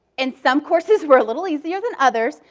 and some courses were a little easier than others,